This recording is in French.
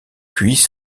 puise